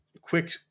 quick